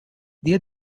their